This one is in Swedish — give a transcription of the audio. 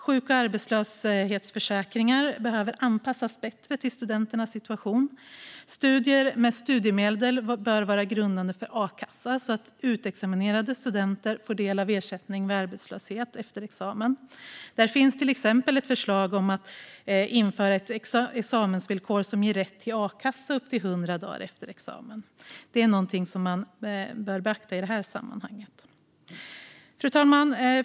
Sjuk och arbetslöshetsförsäkringar behöver anpassas bättre till studenternas situation. Studier med studiemedel bör vara grundande för a-kassa så att utexaminerade studenter får del av ersättningen vid arbetslöshet efter examen. Det finns till exempel ett förslag om att införa examensvillkor som ger rätt till a-kassa upp till hundra dagar efter examen. Det är något som man bör beakta i sammanhanget. Fru talman!